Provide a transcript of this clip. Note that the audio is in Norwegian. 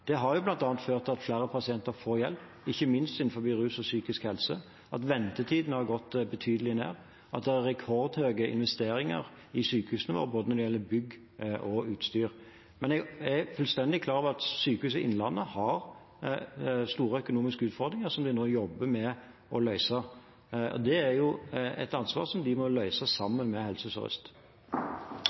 Det har bl.a. ført til at flere pasienter får hjelp, ikke minst innen rus og psykisk helse, at ventetidene har gått betydelig ned, og at det er rekordhøye investeringer i sykehusene våre når det gjelder både bygg og utstyr. Men jeg er fullstendig klar over at Sykehuset Innlandet har store økonomiske utfordringer, som de nå jobber med å løse, og det er et ansvar som de må løse sammen med Helse